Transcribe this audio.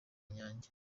inyange